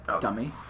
dummy